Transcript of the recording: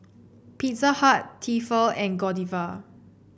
Pizza Hut Tefal and Godiva